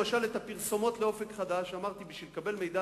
למשל הפרסומות ל"אופק חדש" ואמרתי: בשביל לקבל מידע